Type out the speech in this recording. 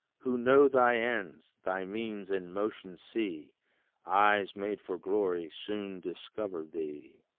who know thy ends, thy means and motions see eyes made for glory soon discover thee.